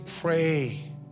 pray